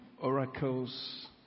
oracles